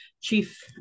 chief